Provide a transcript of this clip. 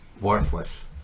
worthless